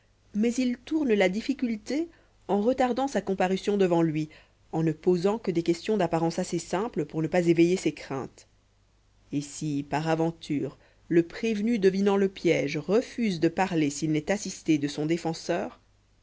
mais il tourne la difficulté en retardant sa comparution devant lui en ne posant que des questions d'apparence assez simple pour ne pas éveiller ses craintes et si par aventure le prévenu devinant le piège refuse de parler s'il n'est assisté de son défenseur